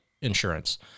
insurance